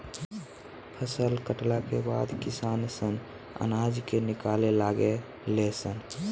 फसल कटला के बाद किसान सन अनाज के निकाले लागे ले सन